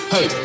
Hey